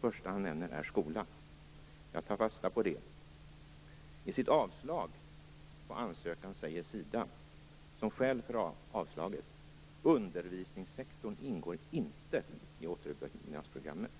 första han nämner är skola. Jag tar fasta på det. I sitt avslag på ansökan säger Sida som skäl för avslaget att undervisningssektorn inte ingår i återuppbyggnadsprogrammet.